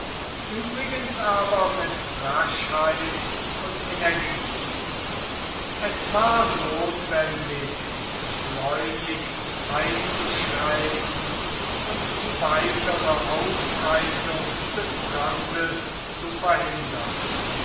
übrigens aber mit raschheit und energie es war notwendig schleunigst einzuschreiten und die weitere ausbreitung des brandes zu verhindern